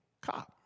cop